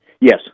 Yes